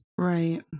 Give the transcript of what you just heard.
Right